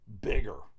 bigger